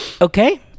Okay